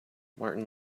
martin